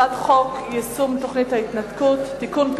הצעת חוק יישום תוכנית ההתנתקות (תיקון,